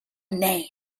name